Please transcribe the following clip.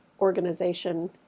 organization